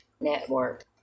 network